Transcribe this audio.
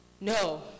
no